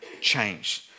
change